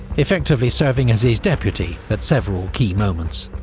effectively serving as his deputy at several key moments.